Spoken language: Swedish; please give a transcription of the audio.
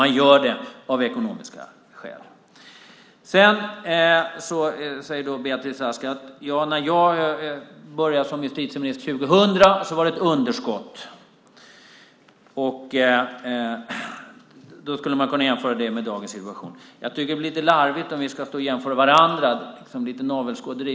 Man gör det av ekonomiska skäl. Beatrice Ask säger att det fanns ett underskott när jag började som justitieminister 2000. Det skulle man då kunna jämföra med dagens situation. Det blir lite larvigt om vi ska stå och jämföra varandra. Det blir navelskåderi.